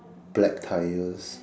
black tyres